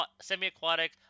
semi-aquatic